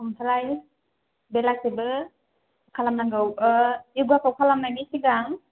ओमफ्राय बेलासियावबो खालामनांगौ य'गाखौ खालामनायनि सिगां